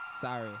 Sorry